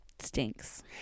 stinks